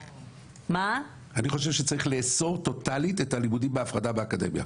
טוטאלית את הלימודים בהפרדה באקדמיה.